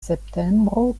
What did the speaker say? septembro